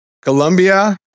Colombia